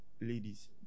ladies